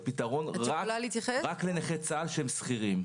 הוא פתרון רק לנכי צה"ל שהם שכירים.